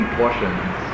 portions